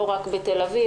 לא רק בתל אביב,